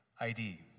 ID